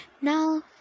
now